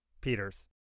Peters